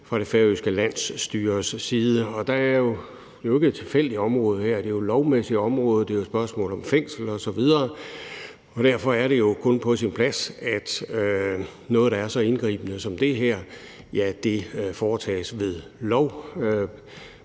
fra det færøske landsstyres side. Det er jo ikke et tilfældigt område, det er et lovgivningsmæssigt område – det er et spørgsmål om fængsel osv. – og derfor er det kun på sin plads, at noget, der er så indgribende som det her, indføres ved lov